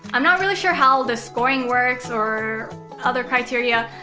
i'm not really sure how the scoring works or other criteria,